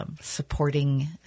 supporting